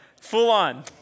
full-on